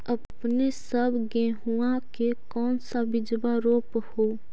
अपने सब गेहुमा के कौन सा बिजबा रोप हू?